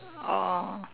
oh